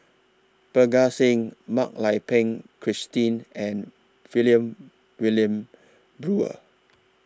Parga Singh Mak Lai Peng Christine and Brewer